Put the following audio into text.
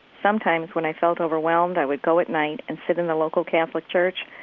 sometimes when i felt overwhelmed, i would go at night and sit in the local catholic church,